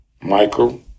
Michael